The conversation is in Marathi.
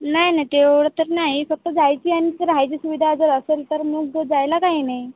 नाही नाही तेवढं तर नाही फक्त जायची आणि राहायची सुविधा जर असेल तर मग जायला काही नाही